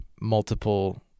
multiple